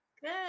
Good